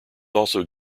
also